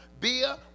beer